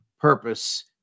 Purpose